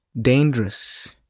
dangerous